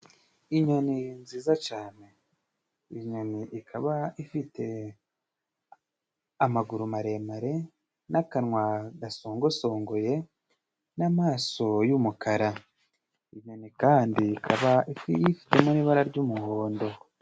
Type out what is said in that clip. Inyoni nziza cane inyoni, inyoni ikaba ifite amaguru maremare n'akanwa gasongosongoye n'amaso y'umukara. Inyoni kandi ikaba ifitemo n' ibara ry'umuhondo.